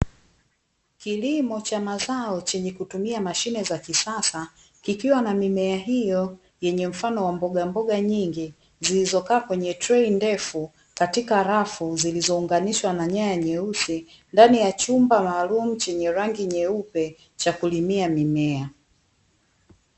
Kilimo cha mazao chenye kutumia mashine za kisasa, kikiwa na mimea hiyo yenye mfano wa mbogamboga nyingi zilizokaa kwenye treyi ndefu katika rafu zilizounganishwa na nyaya nyeusi ndani ya chumba maalumu chenye rangi nyeupe cha kulimia mimea.